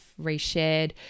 reshared